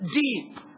deep